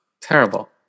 terrible